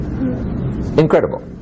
Incredible